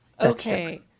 okay